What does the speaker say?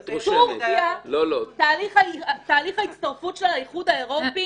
--- טורקיה, תהליך ההצטרפות שלה לאיחוד האירופי